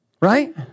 Right